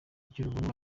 girubuntu